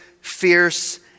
fierce